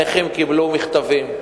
הנכים קיבלו מכתבים,